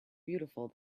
beautiful